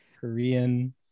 Korean